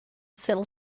sell